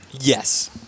Yes